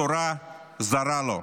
התורה זרה לו,